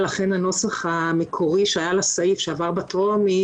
ולכן הנוסח המקורי שהיה לסעיף שעבר בטרומית